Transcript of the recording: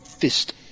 fist